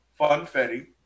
funfetti